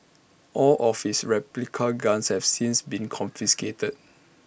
all of his replica guns have since been confiscated